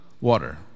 water